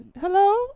hello